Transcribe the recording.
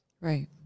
Right